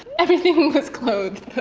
everything was clothed,